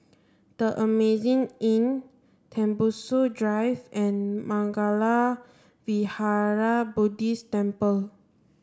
the Amazing Inn Tembusu Drive and Mangala Vihara Buddhist Temple